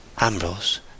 Ambrose